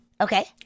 Okay